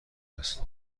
است